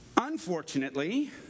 Unfortunately